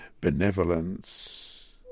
benevolence